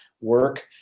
work